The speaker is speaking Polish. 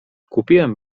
kupiłem